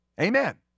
Amen